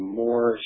more